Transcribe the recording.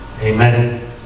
Amen